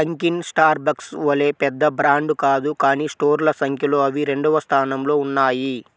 Dunkin Starbucks వలె పెద్ద brand కాదు కానీ స్టోర్ల సంఖ్యలో అవి రెండవ స్థానంలో ఉన్నాయి